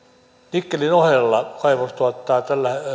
nikkelin ohella kaivos tuottaa